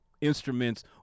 instruments